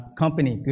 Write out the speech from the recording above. company